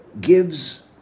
gives